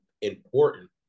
important